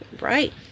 Right